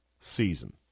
season